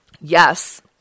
Yes